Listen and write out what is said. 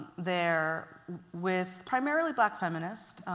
there with primarily black feminist,